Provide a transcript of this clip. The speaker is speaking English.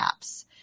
apps